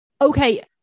Okay